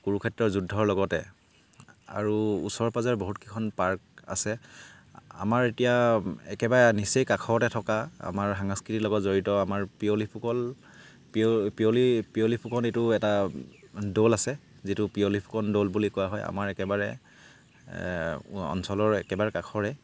কুৰুক্ষেত্ৰৰ যুদ্ধৰ লগতে আৰু ওচৰ পাজঁৰ বহুতকেইখন পাৰ্ক আছে আমাৰ এতিয়া একেবাৰে নিচেই কাষতে থকা আমাৰ সাংস্কৃতিৰ লগত জড়িত আমাৰ পিয়লি ফুকল পিয় পিয়লি পিয়লি ফুকন এইটো এটা দৌল আছে যিটো পিয়লি ফুকন দৌল বুলি কোৱা হয় আমাৰ একেবাৰে অঞ্চলৰ একেবাৰে কাষৰে